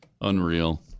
Unreal